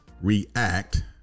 react